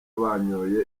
banyoye